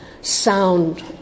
sound